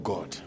God